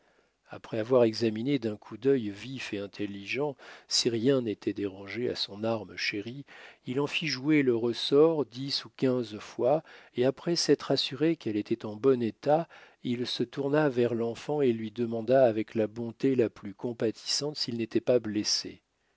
après avoir examiné d'un coup d'œil vif et intelligent si rien n'était dérangé à son arme chérie il en fit jouer le ressort dix ou quinze fois et après s'être assuré qu'elle était en bon état il se tourna vers l'enfant et lui demanda avec la bonté la plus compatissante s'il n'était pas blessé